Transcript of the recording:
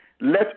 Let